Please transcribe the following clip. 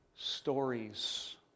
Stories